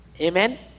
Amen